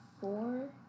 four